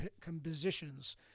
compositions